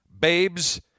babes